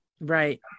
Right